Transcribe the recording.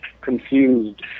confused